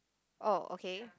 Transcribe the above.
oh okay